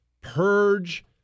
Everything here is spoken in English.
purge